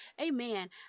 Amen